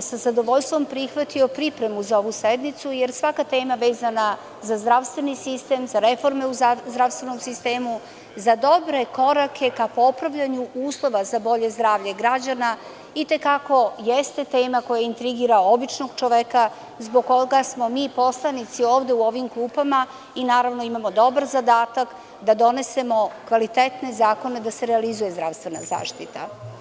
sa zadovoljstvom prihvatio pripremu za ovu sednicu, jer svaka tema vezana za zdravstveni sistem, za reforme u zdravstvenom sistemu, za dobre korake ka popravljanju uslova za bolje zdravlje građana i te kako jeste tema koja intrigira običnog čoveka zbog koga smo mi poslanici ovde u ovim klupama i imamo dobar zadatak da donesemo kvalitetne zakone da se realizuje zdravstvena zaštita.